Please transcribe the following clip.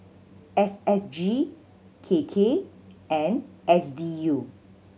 S S G K K and S D U